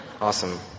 Awesome